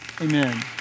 Amen